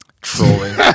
trolling